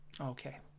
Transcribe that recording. Okay